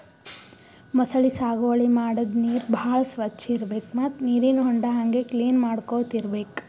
ಮೊಸಳಿ ಸಾಗುವಳಿ ಮಾಡದ್ದ್ ನೀರ್ ಭಾಳ್ ಸ್ವಚ್ಚ್ ಇರ್ಬೆಕ್ ಮತ್ತ್ ನೀರಿನ್ ಹೊಂಡಾ ಹಂಗೆ ಕ್ಲೀನ್ ಮಾಡ್ಕೊತ್ ಇರ್ಬೆಕ್